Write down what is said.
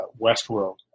Westworld